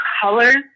colors